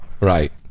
Right